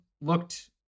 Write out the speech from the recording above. looked